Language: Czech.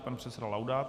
Pan předseda Laudát.